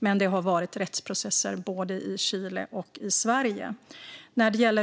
Det har dock varit rättsprocesser i både Chile och Sverige.